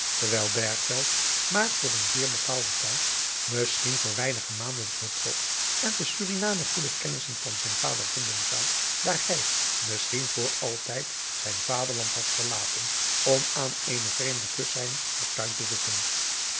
maar voor een zeer bepaalden tijd misschien voor weinige maanden vertrok en te suriname goede kennissen van zijn vader vinden zou daar hij misschien voor altijd zijn vaderland had verlaten om aan eene vreemde kust zijne fortuin te zoeken